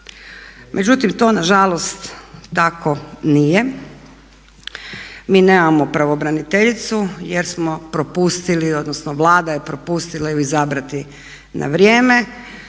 Međutim, to nažalost tako nije, mi nemamo pravobraniteljicu jer smo propustili odnosno Vlada je propustila ju izabrati na vrijeme.